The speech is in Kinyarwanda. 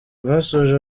basoje